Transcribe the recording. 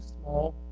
small